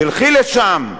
תלכי לשם,